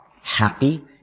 happy